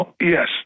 yes